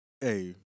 hey